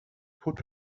put